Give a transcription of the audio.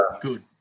Good